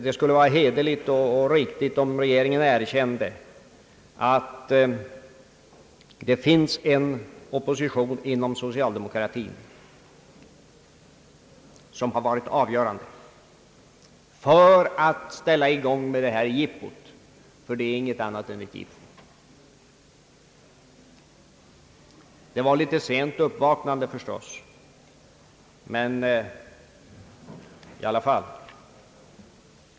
Det skulle vara hederligt och riktigt om regeringen erkände att det finns en opposition inom socialdemokratin som har varit avgörande för att sätta i gång det här jippot, ty det är inget annat än ett jippo. Det var ett litet sent uppvaknande förstås.